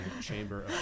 Chamber